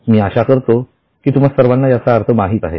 मी अशा करतो की तुम्हा सर्वांना याचा अर्थ माहीत आहे